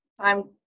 time